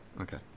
Okay